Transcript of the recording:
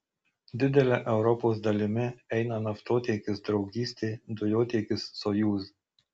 didele europos dalimi eina naftotiekis draugystė dujotiekis sojuz